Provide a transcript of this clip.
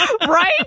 Right